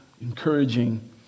encouraging